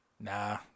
Nah